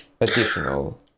additional